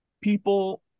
people